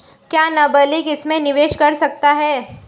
क्या नाबालिग इसमें निवेश कर सकता है?